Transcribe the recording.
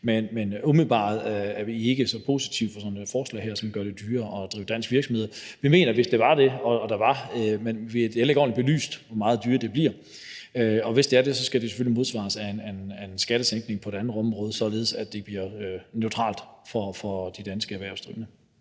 Men umiddelbart er vi ikke så positivt indstillet over for sådan et forslag her, som gør det dyrere at drive virksomhed i Danmark. Det er heller ikke ordentligt belyst, hvor meget dyrere det bliver, og hvis det bliver dyrere, skal det selvfølgelig modsvares af en skattesænkning på et andet område, således at det bliver neutralt for de danske erhvervsdrivende.